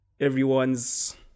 everyone's